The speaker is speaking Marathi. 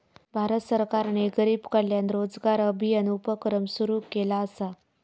भारत सरकारने गरीब कल्याण रोजगार अभियान उपक्रम सुरू केला असा